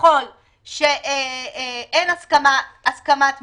וככל שאין הסכמת ממשלה,